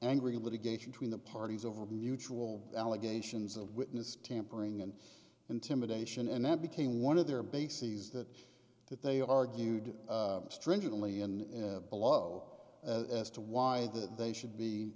angry litigation tween the parties over mutual allegations of witness tampering and intimidation and that became one of their bases that that they argued stringently in below as to why that they should be